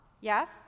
Yes